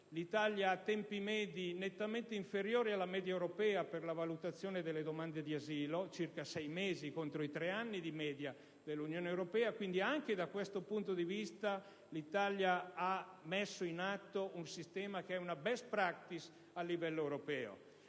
L'Italia registra tempi medi nettamente inferiori alla media europea per la valutazione delle domande di asilo (circa sei mesi contro i tre anni di media dell'Unione europea). Quindi, anche da questo punto di vista, l'Italia ha messo in atto un sistema tale da potersi considerare una *best practice* a livello europeo.